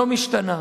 שלא משתנה.